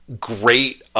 great